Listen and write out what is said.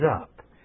up